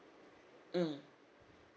mm